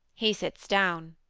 he sits down.